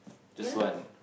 just one